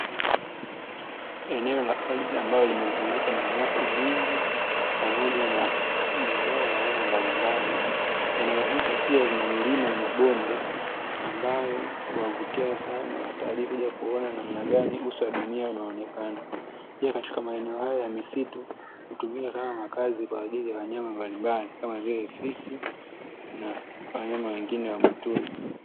Eneo la ardhi ambalo limezungukwa na nyasi nyingi pamoja na mimea ya aina mbalimbali. Eneo hili pia lina milima na mabonde ambayo huwavutia sana watali kuja kuona namna gani uso wa dunia huonekana. Pia katika maeneo hayo ya misitu, hutumika kama makazi kwa ajili ya wanyama mbalimbali kama vile fisi na wanyama wengine wa mwituni.